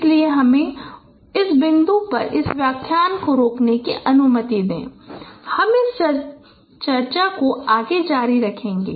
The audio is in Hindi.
इसलिए हमें इस बिंदु पर इस व्याख्यान को रोकने की अनुमति दें और हम इस चर्चा को जारी रखेंगे